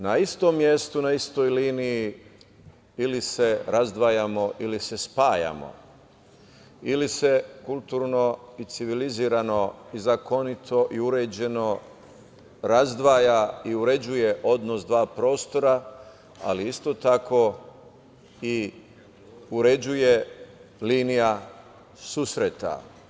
Na istom mestu, na istoj liniji ili se razdvajamo, ili se spajamo ili se kulturno i civilizovano i zakonito i uređeno razdvaja i uređuje odnos dva prostora, ali isto tako i uređuje linija susreta.